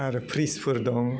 आरो प्रिसफोर दं